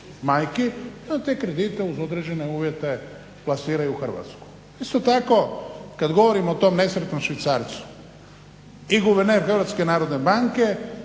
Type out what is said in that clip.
majki i da te kredite uz određene uvjete plasiraju u Hrvatsku. Isto tako kad govorimo o tom nesretnom švicarcu i guverner HNB-a i ja kao